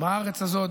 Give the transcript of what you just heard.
בארץ הזאת,